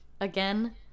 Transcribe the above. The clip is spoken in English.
again